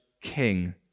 King